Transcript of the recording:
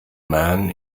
man